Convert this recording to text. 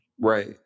Right